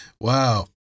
Wow